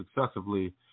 successively